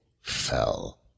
fell